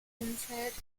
umfeld